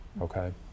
Okay